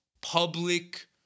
public